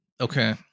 Okay